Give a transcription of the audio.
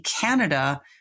Canada